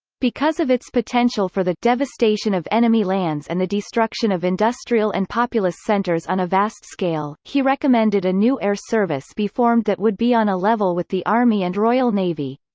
because of its potential for the devastation of enemy lands and the destruction of industrial and populous centres on a vast scale, he recommended a new air service be formed that would be on a level with the army and royal navy.